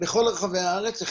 בכל רחבי הארץ,